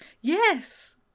yes